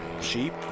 Sheep